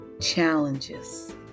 challenges